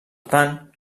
tant